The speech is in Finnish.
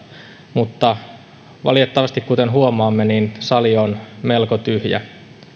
mutta valitettavasti kuten huomaamme sali on melko tyhjä